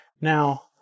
Now